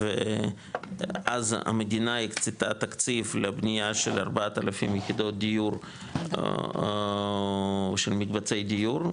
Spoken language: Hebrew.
ואז המדינה הקצתה תקציב לבנייה של 4,000 יחידות דיור של מקבצי דיור,